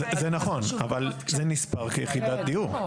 זה נכון, אבל זה נספר כיחידת דיור.